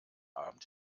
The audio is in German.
abend